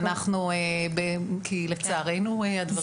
כי לצערנו הדברים האלה קורים.